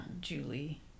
Julie